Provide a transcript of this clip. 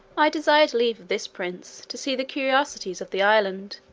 i desired leave of this prince to see the curiosities of the island,